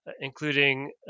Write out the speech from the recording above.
including